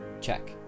Check